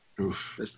Oof